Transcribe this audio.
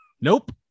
Nope